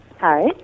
Hi